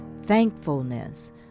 Thankfulness